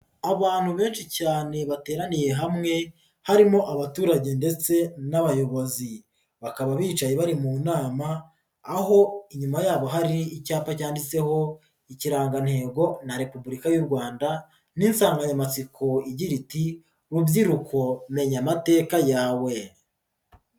Abantu benshi cyane bateraniye hamwe harimo abaturage ndetse n'abayobozi, bakaba bicaye bari mu nama aho inyuma yabo hari icyapa cyanditseho ikirangantego na repubulika y'u Rwanda, n'insanganyamatsiko igira iti "rubyiruko menya amateka yawe".